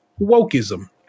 wokeism